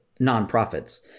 nonprofits